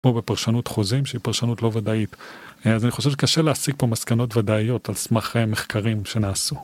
כמו בפרשנות חוזים, שהיא פרשנות לא ודאית. אז אני חושב שקשה להסיק פה מסקנות ודאיות על סמך מחקרים שנעשו